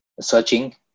searching